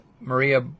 Maria